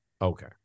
Okay